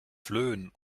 flöhen